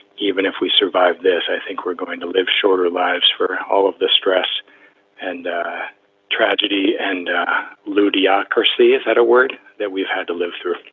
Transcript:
even if we survive this. i think we're going to live shorter lives for all of this stress and tragedy. and ludhiana, kearsley, is that a word that we've had to live through?